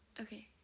Okay